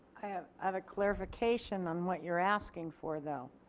i have have a clarification on what you are asking for though.